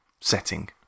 setting